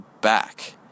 back